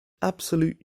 absolute